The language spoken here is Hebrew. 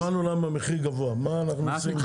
הבנו למה המחיר גבוה, מה עושים?